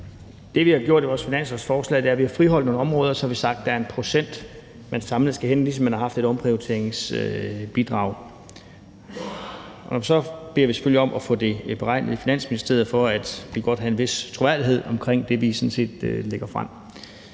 Det, vi har gjort i vores finanslovsforslag, er, at vi har friholdt nogle områder, og så har vi sagt, at der er 1 pct., som samlet skal henvises til, at man har haft et omprioriteringsbidrag; og så beder vi selvfølgelig om at få det beregnet i Finansministeriet, fordi vi godt vil have en vis troværdighed omkring det, vi sådan set lægger frem.